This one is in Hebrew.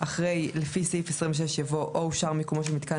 אחרי "לפי סעיף 26" יבוא "או אושר מיקומו של מיתקן